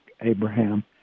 Abraham